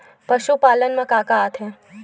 पशुपालन मा का का आथे?